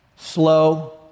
slow